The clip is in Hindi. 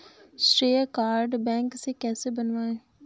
श्रेय कार्ड बैंक से कैसे बनवाएं?